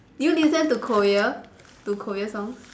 do you listen to Korea to Korea songs